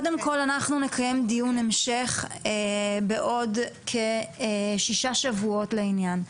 קודם כל אנחנו נקיים דיון המשך בעוד כשישה שבועות לעניין.